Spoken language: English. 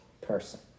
person